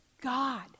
God